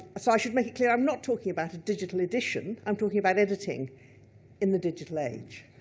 so i should make it clear, i'm not talking about a digital edition, i'm talking about editing in the digital age.